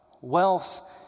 Wealth